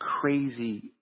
crazy